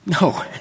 No